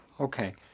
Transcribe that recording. okay